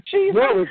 Jesus